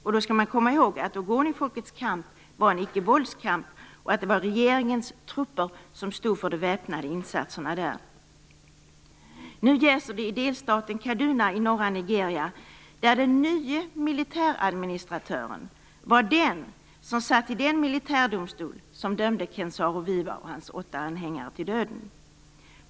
Man skall komma ihåg att ogonifolkets kamp var en ickevåldskamp och att det var regeringens trupper som stod för de väpnade insatserna där. Nu jäser det i delstaten Kaduna i norra Nigeria, där den nye militäradministratören satt i den militärdomstol som dömde Ken Saro-Wiwo och hans åtta anhängare till döden.